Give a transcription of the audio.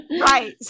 Right